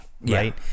right